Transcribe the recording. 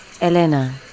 Elena